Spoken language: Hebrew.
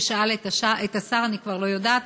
ששאל את השר, אני כבר לא יודעת,